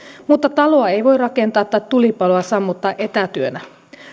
mutta taloa ei voi rakentaa tai tulipaloa sammuttaa etätyönä